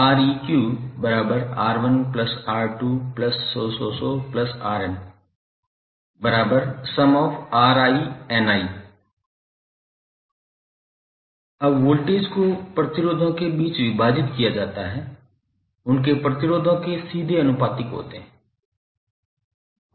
𝑅𝑒𝑞𝑅1𝑅2⋯𝑅𝑛Σ𝑅𝑖 अब वोल्टेज को प्रतिरोधों के बीच विभाजित किया जाता है उनके प्रतिरोधों के सीधे आनुपातिक होते हैं